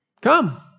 Come